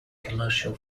commercial